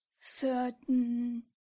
certain